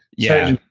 yeah.